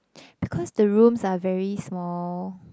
because the rooms are very small